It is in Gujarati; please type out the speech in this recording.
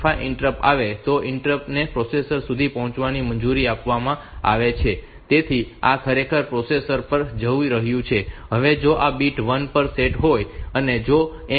5 ઇન્ટરપ્ટ આવે તો તે ઇન્ટરપ્ટ ને પ્રોસેસર સુધી પહોંચવાની મંજૂરી આપવામાં આવે છે તેથી આ ખરેખર પ્રોસેસર પર જઈ રહ્યું છે હવે જો આ બીટ 1 પર સેટ હોય અને જો M 6